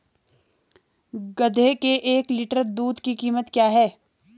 गधे के एक लीटर दूध की कीमत क्या है?